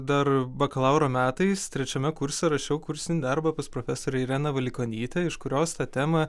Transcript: dar bakalauro metais trečiame kurse rašiau kursinį darbą pas profesorę ireną valikonytę iš kurios tą temą